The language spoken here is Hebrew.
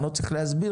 אני לא צריך להסביר,